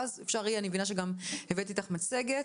ואז אני מבינה שגם הבאת איתך מצגת,